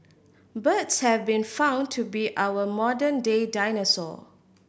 birds have been found to be our modern day dinosaur